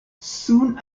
soon